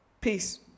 Peace